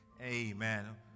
Amen